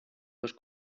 dos